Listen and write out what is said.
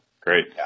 Great